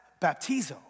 baptizo